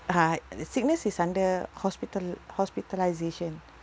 ha the sickness is under hospital~ hospitalisation